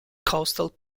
coastal